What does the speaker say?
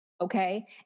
Okay